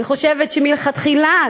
אני חושבת שמלכתחילה,